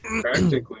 practically